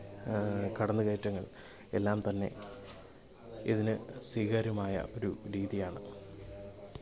കടന്നുകയറ്റങ്ങള് എല്ലാം തന്നെ ഇതിന് സ്വീകാര്യമായ ഒരു രീതിയാണ്